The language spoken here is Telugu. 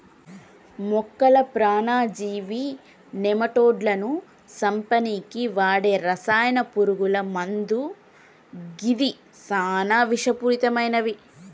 మొక్కల పరాన్నజీవి నెమటోడ్లను సంపనీకి వాడే రసాయన పురుగుల మందు గిది సానా విషపూరితమైనవి